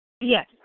Yes